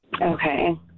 Okay